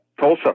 Tulsa